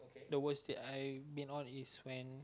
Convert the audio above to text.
the worst date I've been on is when